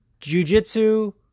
jujitsu